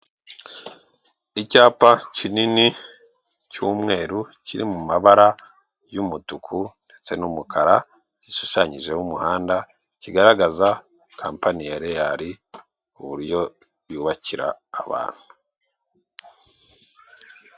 Icyapa kinini cy'umweru kiri mu mabara y'umutuku ndetse n'umukara, gishushanyijeho umuhanda, kigaragaza compani ya Reyari ku buryo yubakira abantu.